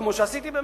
כמו שעשיתי באמת.